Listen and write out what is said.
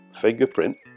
fingerprint